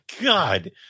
God